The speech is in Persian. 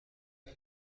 دهد